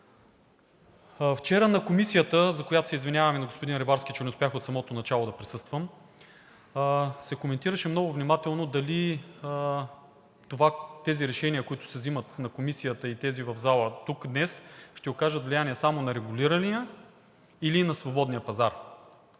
Вчера на Комисията – извинявам се на господин Рибарски, че не успях от самото начало да присъствам, се коментираше много внимателно дали тези решения, които се взимат в Комисията и тези в залата днес, ще окажат влияние само на регулирания или и на свободния пазар.